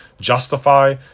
justify